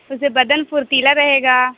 اسے بدن پھرتیلا رہے گا